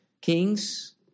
kings